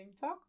talk